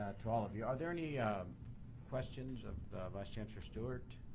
ah to all of yeah are there any questions of vice chancellor stuart?